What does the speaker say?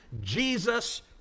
Jesus